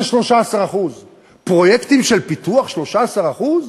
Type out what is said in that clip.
זה 13%. פרויקטים של פיתוח, 13%?